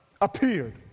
appeared